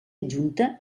adjunta